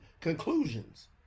conclusions